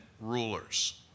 rulers